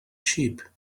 sheep